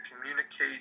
communicate